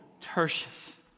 Tertius